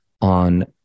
on